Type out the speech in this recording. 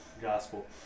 gospel